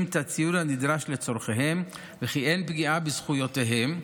את הציוד הנדרש לצורכיהם וכי אין פגיעה בזכויותיהם,